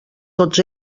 tots